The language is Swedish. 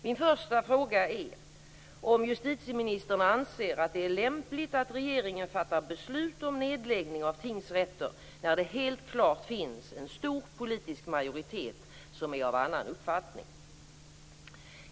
Min första fråga är: Anser justitieministern att det är lämpligt att regeringen fattar beslut om nedläggning av tingsrätter när det helt klart finns en stor politisk majoritet som är av annan uppfattning?